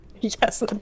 Yes